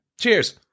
Cheers